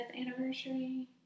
anniversary